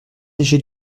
léger